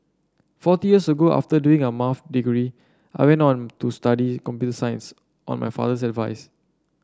forty years ago after doing a Maths degree I went on to study computer science on my father's advice